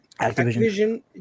Activision